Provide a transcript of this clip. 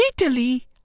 Italy